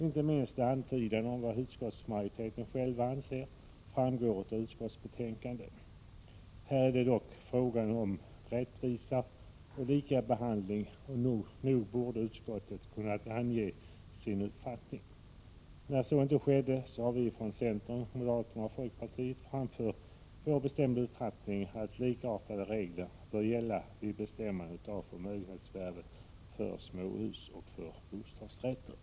Inte minsta antydan om vad utskottsmajoriteten anser framgår av utskottsbetänkandet. Här är det dock fråga om rättvisa och lika behandling, och nog borde utskottet kunnat ange sin uppfattning. När så inte skedde har vi från centern, moderaterna och folkpartiet framfört vår bestämda uppfattning om att likartade regler bör gälla vid bestämmande av förmögenhetsvärdet för småhus och för bostadsrätter.